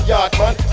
Yardman